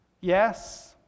yes